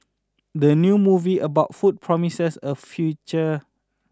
the new movie about food promises a future